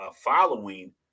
following